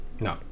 No